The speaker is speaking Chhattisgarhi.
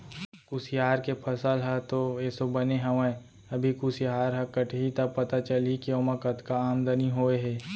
कुसियार के फसल ह तो एसो बने हवय अभी कुसियार ह कटही त पता चलही के ओमा कतका आमदनी होय हे